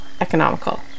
economical